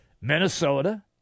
Minnesota